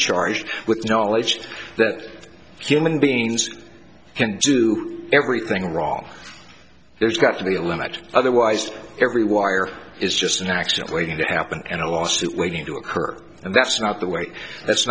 charged with knowledge that human beings can do everything wrong there's got to be a limit otherwise every wire is just an accident waiting to happen and a lawsuit waiting to occur and that's not the way that's